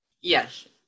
yes